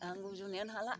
आं गुजुनायानो हाला